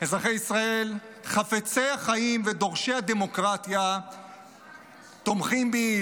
אזרחי ישראל חפצי החיים ודורשי הדמוקרטיה תומכים בי,